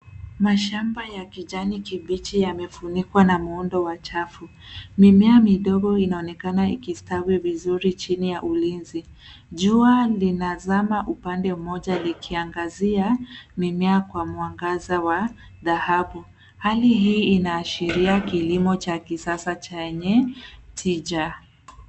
Mashamba ya kijani kibichi yamefunikwa na muundo wa chafu. Mimea midogo inaonekana ikistawi vizuri chini ya ulinzi. Jua linazama upande mmoja likiangazia mimea kwa mwangaza wa dhahabu. Hali hii inaashiria kilimo cha kisasa chenye tija.